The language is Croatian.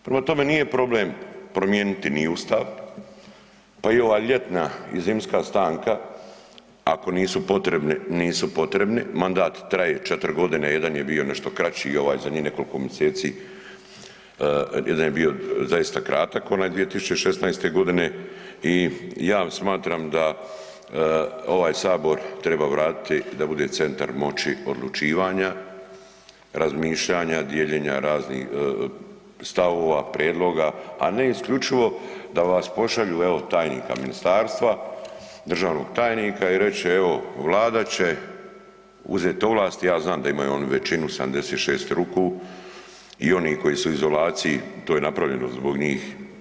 Prema tome, nije problem promijeniti ni Ustav, pa i ova ljetna i zimska stanka, ako nisu potrebni, nisu potrebni, mandat traje 4 godine, jedan je bio nešto kraći i ovaj zadnjih nekoliko mjeseci, jedan je bio zaista kratak, onaj 2016. g. i ja smatram da ovaj Sabor treba vratiti da bude centar moći odlučivanja, razmišljanja, dijeljenja raznih stavova, prijedloga, a ne isključivo, da vas pošalju evo, tajnika ministarstva, državnog tajnika i reći evo, Vlada će uzeti ovlasti, ja znam da imaju oni većinu, 76 ruku i oni koji su u izolaciji, to je napravljeno zbog njih.